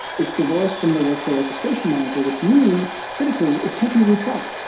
it's divorced from the workflow orchestration manager, which means critically it can't be retried.